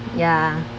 ya